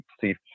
see